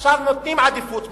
עכשיו נותנים עדיפות.